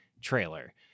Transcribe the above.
trailer